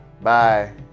Bye